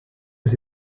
aux